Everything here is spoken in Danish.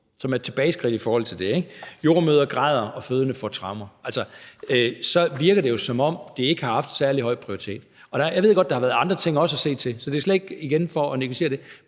som er et tilbageskridt i forhold til det, og »Jordemødre græder og fødende får traumer«. Så virker det jo, som om det ikke har haft særlig høj prioritet. Jeg ved godt, at der også har været andre ting at se til. Så det er slet ikke for at negligere det,